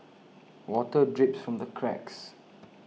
water drips from the cracks